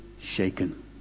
shaken